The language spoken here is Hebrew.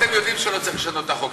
אתם יודעים שלא צריך לשנות את החוק,